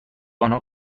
آنها